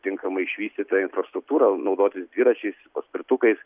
tinkamai išvystyta infrastruktūra naudotis dviračiais paspirtukais